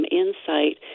insight